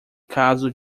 caso